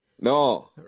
no